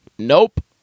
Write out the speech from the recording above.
nope